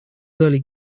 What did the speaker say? зале